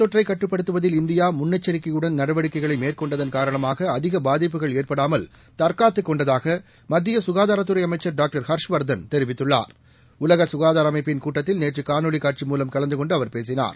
தொற்றைக் கட்டுப்படுத்துவதில் இந்தியா முன்னெச்சரிக்கையுடன் நடவடிக்கைகளை கோவிட் மேற்கொண்டதன் காரணமாக அதிக பாதிப்புகள் ஏற்படாமல் தற்காத்து கொண்டதாக மத்திய சுகாதாரத் துறை அமைச்சர் டாக்டர்ஹர்ஷ் வர்தன் தெரிவித்துள்ளார் உலக சுகாதார அமைப்பின் கூட்டதில் நேற்று காணொலி காட்சி மூலம் கலந்துகொண்டு அவர் பேசினார்